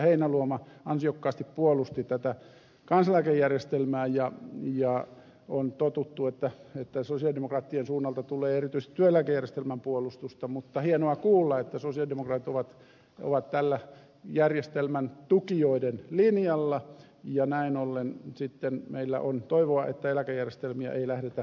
heinäluoma ansiokkaasti puolusti tätä kansaneläkejärjestelmää ja on totuttu että sosialidemokraattien suunnalta tulee erityisesti työeläkejärjestelmän puolustusta mutta hienoa kuulla että sosialidemokraatit ovat tällä järjestelmän tukijoiden linjalla ja näin ollen sitten meillä on toivoa että eläkejärjestelmiä ei lähdetä romuttamaan